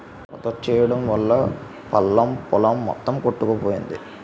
వరదొచ్చెయడం వల్లా పల్లం పొలం మొత్తం కొట్టుకుపోయింది